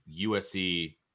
USC